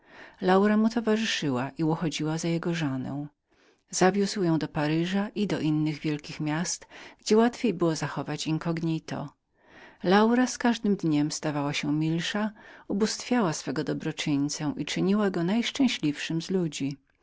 laura mu towarzyszyła i uchodziła za jego żonę zawiózł ją do paryża i do innych wielkich miast gdzieby go nie tak łatwo można było poznać laura z każdym dniem stawała się milszą ubóstwiała swego dobroczyńcę i czyniła go najszczęśliwszym z ludzi